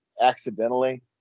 accidentally